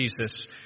Jesus